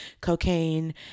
cocaine